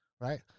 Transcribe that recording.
right